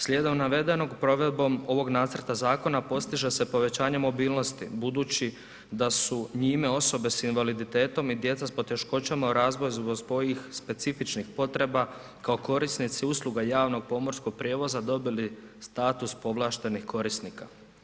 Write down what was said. Slijedom navedenog, provedbom ovog nacrta zakona postiže se povećanje mobilnosti budući da su njime osobe s invaliditetom i djeca s poteškoćama u razvoju zbog svojih specifičnih potreba, kao korisnici usluga javnog pomorskog prijevoza dobili status povlaštenih korisnika.